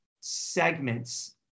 segments